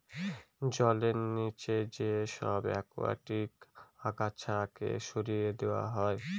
জলের নিচে যে সব একুয়াটিক আগাছাকে সরিয়ে দেওয়া হয়